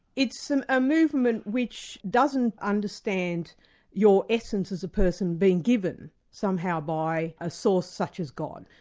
it's um a movement which doesn't understand your essence as a person being given somehow by a source such as god.